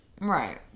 Right